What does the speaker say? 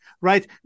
right